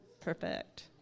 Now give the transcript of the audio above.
Perfect